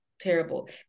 terrible